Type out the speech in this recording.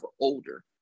older